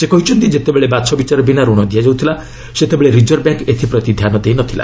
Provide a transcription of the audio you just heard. ସେ କହିଛନ୍ତି ଯେତେବେଳେ ବାଛବିଚାର ବିନା ରଣ ଦିଆଯାଉଥିଲା ସେତେବେଳେ ରିଜର୍ବ ବ୍ୟାଙ୍କ୍ ଏଥପ୍ରତି ଧ୍ୟାନ ଦେଇ ନ ଥିଲା